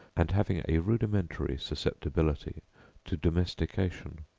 and having a rudimentary susceptibility to domestication.